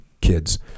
kids